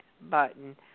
button